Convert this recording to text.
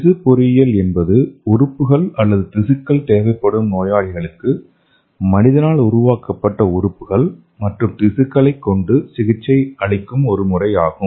திசு பொறியியல் என்பது உறுப்புகள் அல்லது திசுக்கள் தேவைப்படும் நோயாளிகளுக்கு மனிதனால் உருவாக்கப்பட்ட உறுப்புகள் மற்றும் திசுக்களை கொண்டு சிகிச்சை அளிக்கும் ஒரு முறை ஆகும்